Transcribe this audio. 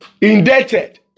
indebted